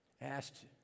asked